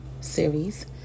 Series